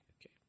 okay